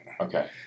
Okay